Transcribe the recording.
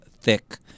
thick